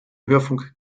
hörfunk